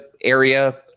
area